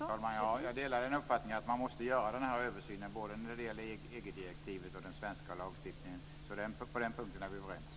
Fru talman! Jag delar uppfattningen att man måste göra den här översynen både när det gäller EG direktivet och den svenska lagstiftningen. Så på den punkten är vi överens.